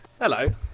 Hello